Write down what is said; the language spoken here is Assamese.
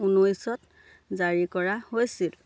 ঊনৈছত জাৰী কৰা হৈছিল